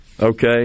Okay